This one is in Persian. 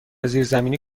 زیرزمینی